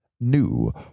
new